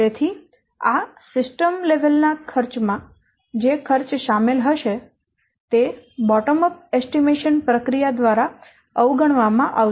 તેથી આ સિસ્ટમ સ્તર ના ખર્ચમાં જે ખર્ચ શામેલ હશે તે આ બોટમ અપ અંદાજ પ્રક્રિયા દ્વારા અવગણવામાં આવશે